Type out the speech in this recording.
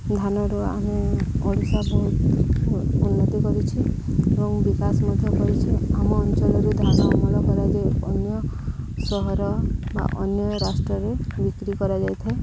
ଧାନରୁ ଆମେ ଓଡ଼ିଶା ବହୁତ ଉନ୍ନତି କରିଛୁ ଏବଂ ବିକାଶ ମଧ୍ୟ କରିଛୁ ଆମ ଅଞ୍ଚଳରେ ଧାନ ଅମଳ କରାଯାଇଏ ଅନ୍ୟ ସହର ବା ଅନ୍ୟ ରାଷ୍ଟ୍ରରେ ବିକ୍ରି କରାଯାଇଥାଏ